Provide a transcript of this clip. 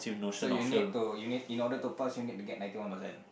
so you need to you need in order to pass you need to get ninety one percent